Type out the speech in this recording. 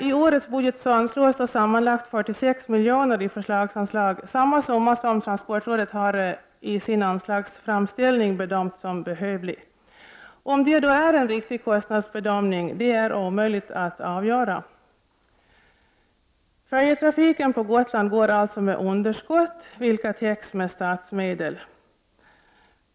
I årets budget anslås sammanlagt 46 milj.kr. i förslagsanslag, det är samma summa som transportrådet i sin anslagsframställning bedömt som behövlig. Om det är en riktig kostnadsbedömning är omöjligt att avgöra. Färjetrafiken på Gotland går alltså med underskott vilka täcks med statsmedel.